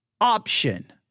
option